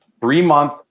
three-month